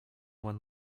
when